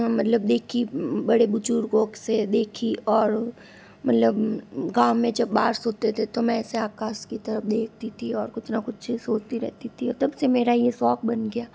मतलब देखी बड़े बुजुर्गों से देखी और मतलब गाँव में जब बाहर सोते थे तो मैं ऐसा आकाश की तरफ देखती थी और कुछ न कुछ सोचती रहती थी तब से मेरा ये शौक़ बन गया